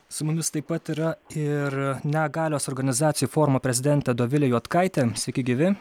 su mumis taip pat yra ir negalios organizacijų forumo prezidentė dovilė juodkaitė sveiki gyvi